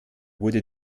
wurde